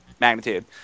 magnitude